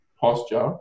posture